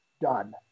done